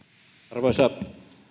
arvoisa